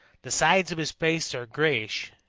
the sides of his face are grayish,